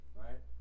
right